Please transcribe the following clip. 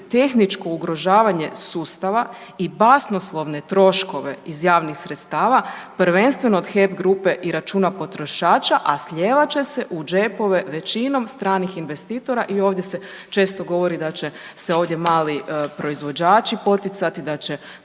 tehničko ugrožavanje sustava i basnoslovne troškove iz javnih sredstava, prvenstveno od HEP grupe i računa potrošača, a slijevat će se u džepove većinom stranih investitora i ovdje se često govori da će se ovdje mali proizvođači poticati, da će